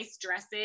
dresses